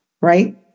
Right